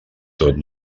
tot